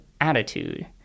attitude